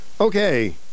Okay